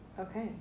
Okay